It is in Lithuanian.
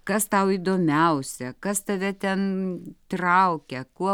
kas tau įdomiausia kas tave ten traukia kuo